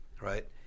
right